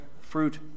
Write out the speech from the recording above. fruit